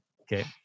Okay